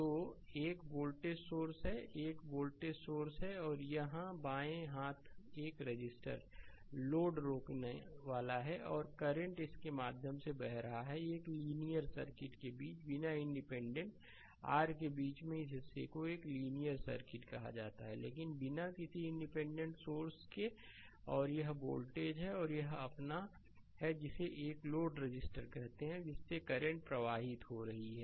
तो एक voltage source है एक वोल्टेज सोर्स है और यहां बाएं हाथ एक रजिस्टर लोड रोकनेवाला है और करंटइसके माध्यम से बह रहा है और एक लीनियर सर्किट के बीच बिना इंडिपेंडेंट आर के बीच में इस हिस्से को एक लीनियर सर्किट कहा जाता है लेकिन बिना किसी इंडिपेंडेंट सोर्स के और यह वोल्टेज है और यह अपना है जिसे एक लोड रजिस्टर कहते है जिससे करंट प्रवाहित हो रही है